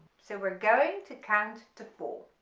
so we're going to count to four